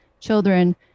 children